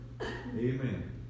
Amen